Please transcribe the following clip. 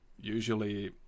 usually